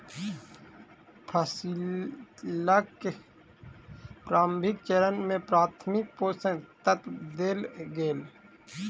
फसीलक प्रारंभिक चरण में प्राथमिक पोषक तत्व देल गेल